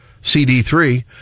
CD3